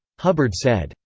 hubbard said,